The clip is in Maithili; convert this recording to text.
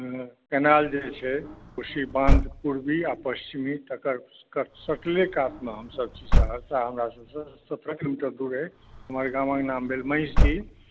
कैनाल जे छै कोशी बाँध पूर्वी आ पश्चिमी तेकर सटले कातमे हमसभ छी सहरसा हमरासभसँ सत्रह किलोमीटर दूर अछि हमर गामक नाम भेल महिषी